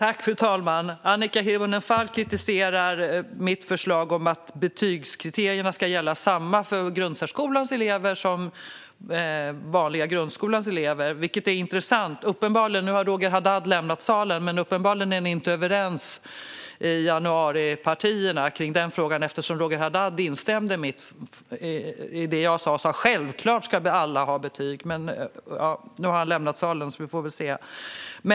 Fru talman! Annika Hirvonen Falk kritiserar mitt förslag om att betygskriterierna ska gälla på samma sätt för grundsärskolans elever som för vanliga grundskolans elever. Detta är intressant. Nu har Roger Haddad lämnat salen, men uppenbarligen är ni i januaripartierna inte överens i den frågan eftersom Roger Haddad instämde i det jag sa och sa att alla självklart ska ha betyg. Nu har han lämnat salen, så vi får väl se.